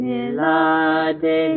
Milade